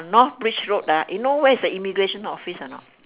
north bridge road ah you know where is the immigration office or not